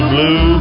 Blue